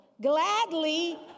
Gladly